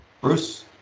Bruce